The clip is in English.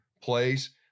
plays